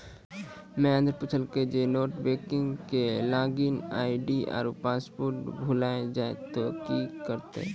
महेन्द्र पुछलकै जे net banking के लागिन आई.डी आरु पासवर्ड भुलाय जाय त कि करतै?